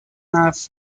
nav